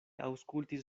aŭskultis